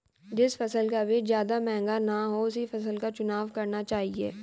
जिस फसल का बीज ज्यादा महंगा ना हो उसी फसल का चुनाव करना चाहिए